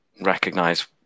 recognize